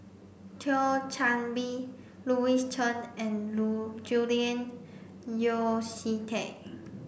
Thio Chan Bee Louis Chen and Julian Yeo See Teck